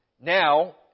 Now